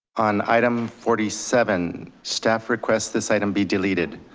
on item forty seven, staff requests this item be deleted.